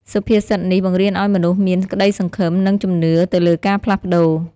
សុភាសិតនេះបង្រៀនឲ្យមនុស្សមាន ក្តីសង្ឃឹម និង ជំនឿ ទៅលើការផ្លាស់ប្តូរ។